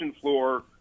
floor